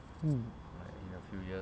mm